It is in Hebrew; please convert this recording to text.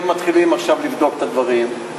והם מתחילים עכשיו לבדוק את הדברים,